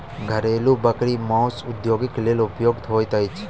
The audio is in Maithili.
घरेलू बकरी मौस उद्योगक लेल उपयुक्त होइत छै